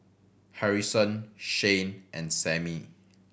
Harrison Shane and Samie